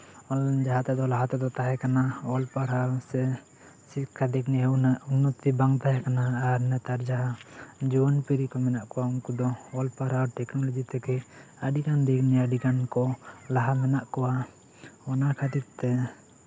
ᱡᱟᱦᱟᱸ ᱛᱮᱫᱚ ᱞᱟᱦᱟ ᱛᱮᱫᱚ ᱛᱟᱦᱮᱸ ᱠᱟᱱᱟ ᱚᱞ ᱯᱟᱲᱦᱟᱣ ᱥᱮ ᱥᱤᱠᱠᱷᱟ ᱫᱤᱠ ᱱᱤᱭᱮ ᱩᱱᱟᱹᱜ ᱩᱱᱱᱚᱛᱤ ᱵᱟᱝ ᱛᱟᱦᱮᱸ ᱠᱟᱱᱟ ᱟᱨ ᱱᱮᱛᱟᱨ ᱡᱟᱦᱟᱸ ᱡᱩᱣᱟᱹᱱ ᱯᱤᱲᱦᱤ ᱠᱚ ᱢᱮᱱᱟᱜ ᱠᱚᱣᱟ ᱩᱱᱠᱩ ᱫᱚ ᱚᱞ ᱯᱟᱲᱦᱟᱣ ᱴᱮᱠᱱᱳᱞᱚᱡᱤ ᱛᱷᱮᱠᱮ ᱟᱹᱰᱤ ᱜᱟᱱ ᱫᱮᱣᱱᱤ ᱟ ᱰᱤ ᱜᱟᱱ ᱠᱚ ᱞᱟᱦᱟ ᱢᱮᱱᱟᱜ ᱠᱚᱣᱟ ᱚᱱᱟ ᱠᱷᱟ ᱛᱤᱨ ᱛᱮ